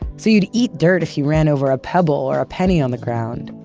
so you'd eat dirt if you ran over a pebble or a penny on the ground.